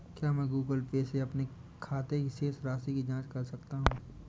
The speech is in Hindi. क्या मैं गूगल पे से अपने खाते की शेष राशि की जाँच कर सकता हूँ?